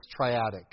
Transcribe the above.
triadic